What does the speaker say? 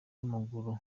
w’amaguru